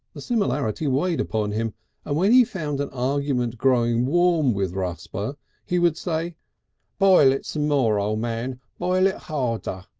the similarity weighed upon him and when he found an argument growing warm with rusper he would say boil it some more, o' man boil it harder!